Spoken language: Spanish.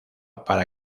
para